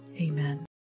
Amen